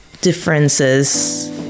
differences